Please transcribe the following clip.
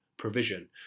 provision